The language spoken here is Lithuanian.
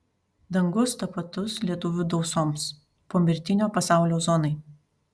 dangus tapatus lietuvių dausoms pomirtinio pasaulio zonai